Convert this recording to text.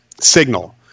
signal